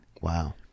Wow